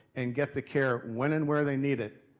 and get the care when and where they need it.